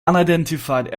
unidentified